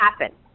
happen